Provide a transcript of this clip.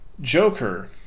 joker